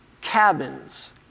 cabins